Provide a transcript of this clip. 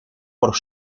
por